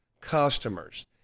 customers